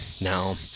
Now